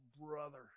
brother